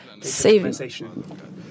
saving